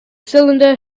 cylinder